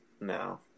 No